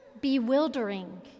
bewildering